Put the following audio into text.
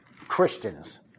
Christians